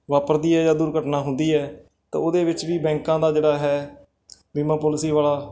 ਵਾਪਰਦੀ ਹੈ ਜਾਂ ਦੁਰਘਟਨਾ ਹੁੰਦੀ ਹੈ ਤਾਂ ਉਹਦੇ ਵਿੱਚ ਵੀ ਬੈਂਕਾਂ ਦਾ ਜਿਹੜਾ ਹੈ ਬੀਮਾ ਪੋਲਸੀ ਵਾਲਾ